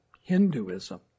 Hinduism